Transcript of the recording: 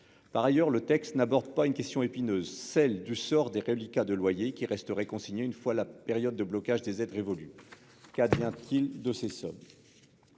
Par ailleurs, le texte n'aborde pas la question épineuse du sort des reliquats des loyers qui resteraient consignés une fois la période de blocage des aides révolue. Qu'adviendrait-il de ces sommes ?